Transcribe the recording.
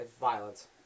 violence